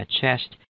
chest